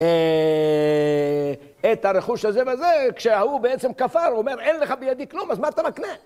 את הרכוש הזה והזה, כשההוא בעצם כפר, אומר אין לך בידי כלום, אז מה אתה מקנה?